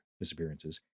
Disappearances